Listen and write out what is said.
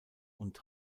und